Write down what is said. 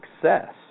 success